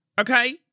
Okay